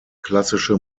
klassische